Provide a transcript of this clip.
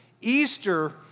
Easter